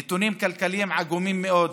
נתונים כלכליים עגומים מאוד,